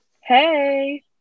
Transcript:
Hey